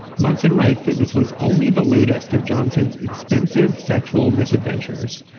munson writes that this was only the latest of johnson's expensive sexual misadventures,